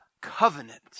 covenant